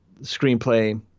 screenplay